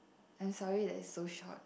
I'm sorry that it's so short